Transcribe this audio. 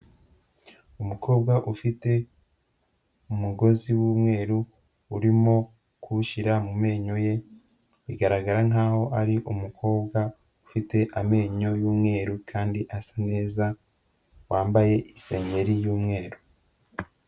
Umukobwa ufite umugozi w'umweru urimo kuwushyira mu menyo ye, bigaragara nkaho ari umukobwa ufite amenyo y'umweru kandi asa neza, wambaye isengeri y'umweru.